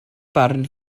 barn